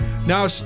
Now